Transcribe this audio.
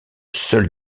seul